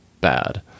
bad